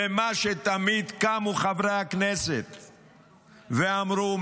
ומה שתמיד קמו חברי כנסת ואמרו: